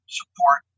support